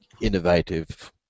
innovative